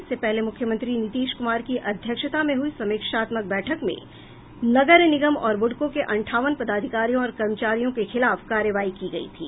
इससे पहले मुख्यमंत्री नीतीश कुमार की अध्यक्षता में हुई समीक्षात्मक बैठक में नगर निगम और बूडको के अंठावन पदाधिकारियों और कर्मचारियों के खिलाफ कार्रवाई की गयी थी